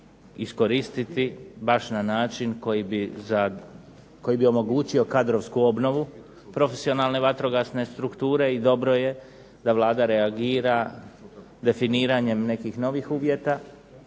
iskoristiti baš na način koji bi omogućio kadrovsku obnovu profesionalne vatrogasne strukture. I dobro je da Vlada reagira definiranjem nekih novih uvjeta